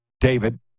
David